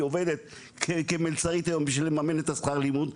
היא עובדת כמלצרית היום בשביל לממן את השכר לימוד,